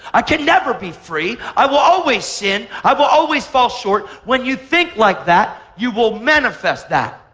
i can never be free. i will always sin. i will always fall short. when you think like that, you will manifest that.